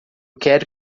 quero